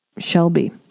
Shelby